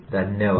धन्यवाद